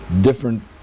different